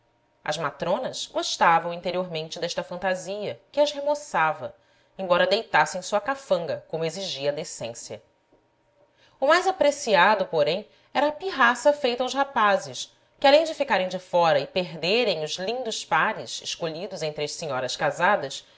as matronas gostavam interiormente desta fantasia que as remoçava embora deitassem sua cafanga como exigia a decência o mais apreciado porém era a pirraça feita aos rapazes que além de ficarem de fora e perderem os lindos pares escolhidos entre as senhoras casadas